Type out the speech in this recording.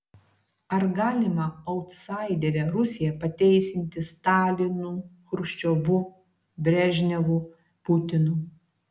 ar galima autsaiderę rusiją pateisinti stalinu chruščiovu brežnevu putinu